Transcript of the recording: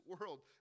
world